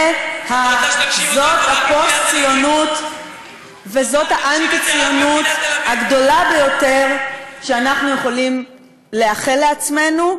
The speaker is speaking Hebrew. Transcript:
זה הפוסט-ציונות וזה האנטי-ציונות הגדול שאנחנו יכולים לאחל לעצמנו,